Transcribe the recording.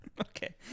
Okay